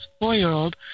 four-year-old